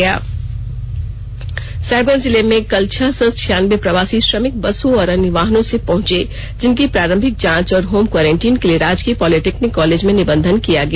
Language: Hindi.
साहिबगंज प्रवासी साहिबगंज जिले में कल छह सौ छियानबे प्रवासी श्रमिक बसों और अन्य वाहनों से पहंचे जिनकी प्रारंभिक जाँच और होम कोरेंटिन के लिए राजकीय पॉलिटेक्निक कॉलेज में निबंधन किया गया